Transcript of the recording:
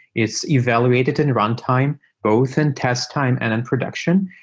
it's evaluated in runtime both in test time and in production.